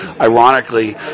Ironically